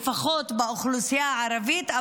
לפחות באוכלוסייה הערבית,